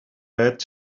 بهت